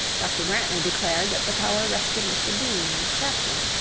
dr grantly declared that the power rested with the dean and chapter,